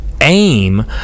aim